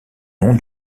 nom